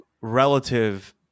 relative